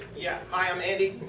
yeah i'm andy.